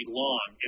long